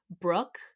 Brooke